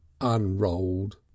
unrolled